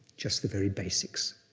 just the very basics.